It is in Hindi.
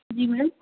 जी मैम